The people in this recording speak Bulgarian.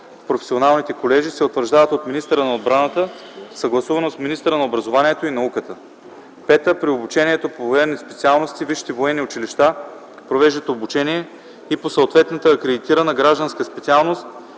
професионалните колежи се утвърждават от министъра на отбраната, съгласувано с министъра на образованието и науката. (5) При обучението по военни специалности висшите военни училища провеждат обучение и по съответната акредитирана гражданска специалност